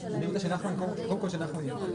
זה מדרג שהוא צריך להיות בלימודי תעודה